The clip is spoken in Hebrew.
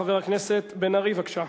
חבר הכנסת בן-ארי, בבקשה.